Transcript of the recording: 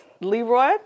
Leroy